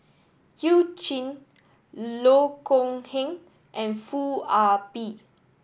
You Jin Loh Kok Heng and Foo Ah Bee